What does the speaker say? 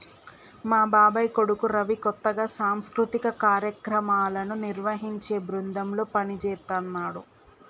మా బాబాయ్ కొడుకు రవి కొత్తగా సాంస్కృతిక కార్యక్రమాలను నిర్వహించే బృందంలో పనిజేత్తన్నాడు